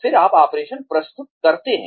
फिर आप ऑपरेशन प्रस्तुत करते हैं